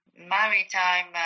maritime